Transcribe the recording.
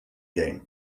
game